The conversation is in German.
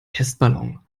testballon